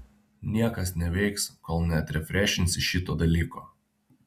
niekas neveiks kol neatrefrešinsi šito dalyko